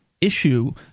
issue